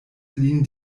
lin